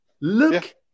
Look